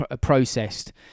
processed